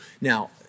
Now